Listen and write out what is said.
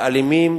לאלימים